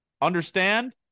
Understand